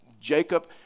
Jacob